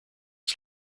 its